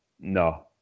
no